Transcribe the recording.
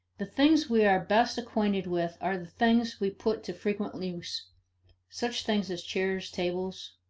the things we are best acquainted with are the things we put to frequent use such things as chairs, tables,